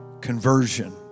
conversion